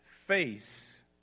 face